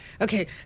Okay